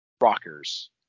rockers